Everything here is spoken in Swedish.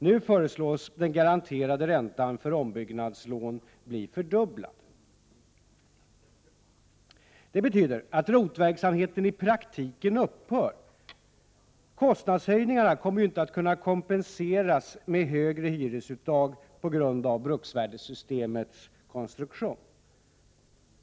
Nu föreslås den garanterade räntan för ombyggnadslån bli fördubblad. Det betyder att ROT-verksamheten i praktiken upphör. Kostnadshöjningarna kommer ju inte att kunna kompenseras med högre hyresuttag på grund av bruksvärdessystemets konstruktion.